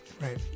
right